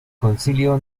concilio